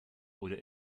oder